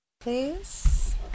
please